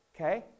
okay